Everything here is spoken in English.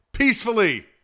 Peacefully